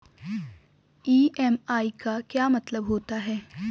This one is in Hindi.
ई.एम.आई का क्या मतलब होता है?